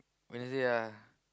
Wednesday ah